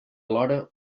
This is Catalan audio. alhora